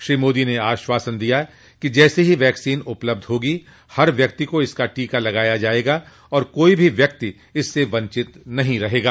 श्री मोदी ने आश्वासन दिया कि जैसे ही वैक्सीन उपलब्ध होगी हर व्यक्ति को इसका टीका लगाया जायेगा और कोई भी व्यक्ति इससे वंचित नहीं रहेगा